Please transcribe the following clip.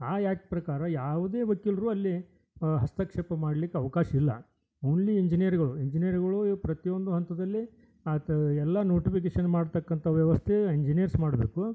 ಆ ಆ್ಯಕ್ಟ್ ಪ್ರಕಾರ ಯಾವುದೇ ವಕೀಲರು ಅಲ್ಲಿ ಹಸ್ತಕ್ಷೇಪ ಮಾಡ್ಲಿಕ್ಕೆ ಅವಕಾಶ ಇಲ್ಲ ಓನ್ಲಿ ಇಂಜೀನಿಯರ್ಗಳು ಇಂಜೀನಿಯರ್ಗಳು ಪ್ರತಿಯೊಂದು ಹಂತದಲ್ಲಿ ಅದು ಎಲ್ಲ ನೋಟಿಫಿಕೇಶನ್ ಮಾಡ್ತಕ್ಕಂಥ ವ್ಯವಸ್ಥೆ ಇಂಜೀನಿಯರ್ಸ್ ಮಾಡ್ಬೇಕು